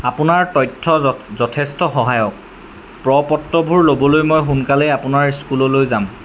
আপোনাৰ তথ্য য যথেষ্ট সহায়ক প্ৰপত্ৰবোৰ ল'বলৈ মই সোনকালেই আপোনাৰ স্কুললৈ যাম